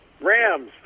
Rams